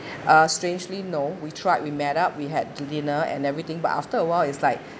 uh strangely no we tried we met up we had to dinner and everything but after awhile it's like